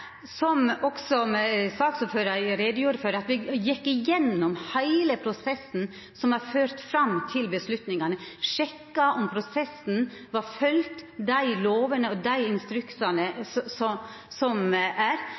som også saksordføraren gjorde greie for – at me har gått igjennom heile prosessen som førte fram til avgjerdene: sjekka om prosessen følgde dei lovene og dei instruksane som er.